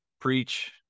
preach